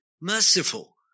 merciful